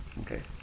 okay